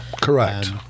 Correct